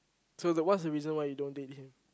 so the what's the reason why you don't date him